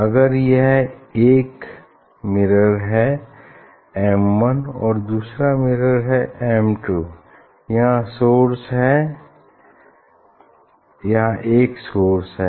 अगर यह एक मिरर है एम वन और यह दूसरा है एम टू यहां एक सोर्स है